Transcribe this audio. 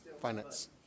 Finance